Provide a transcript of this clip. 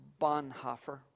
Bonhoeffer